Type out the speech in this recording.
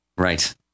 Right